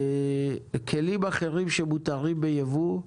כלים אחרים שמותרים ביבוא,